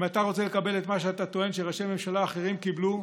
אם אתה רוצה לקבל את מה שאתה טוען שראשי ממשלה אחרים קיבלו,